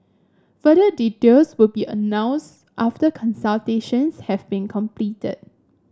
further details will be announced after consultations have been completed